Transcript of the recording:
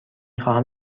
خواهم